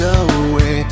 away